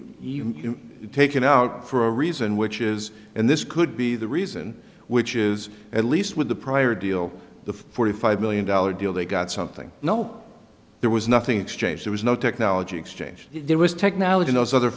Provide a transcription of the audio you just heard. was taken out for a reason which is and this could be the reason which is at least with the prior deal the forty five million dollars deal they got something no there was nothing exchanged there was no technology exchange there was technology loss other